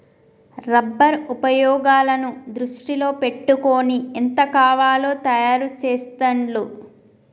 rubber ఉపయోగాలను దృష్టిలో పెట్టుకొని ఎంత కావాలో తయారు చెస్తాండ్లు